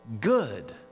good